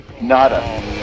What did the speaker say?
nada